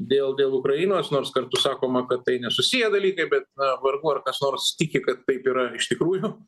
dėl dėl ukrainos nors kartu sakoma kad tai nesusiję dalykai bet na vargu ar kas nors tiki kad taip yra iš tikrųjų